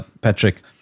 Patrick